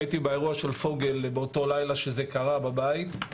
הייתי באירוע של פוגל באותו לילה שזה קרה בבית.